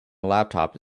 laptop